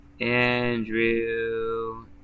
Andrew